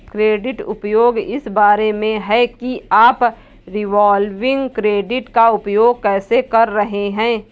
credit उपयोग इस बारे में है कि आप रिवॉल्विंग क्रेडिट का उपयोग कैसे कर रहे हैं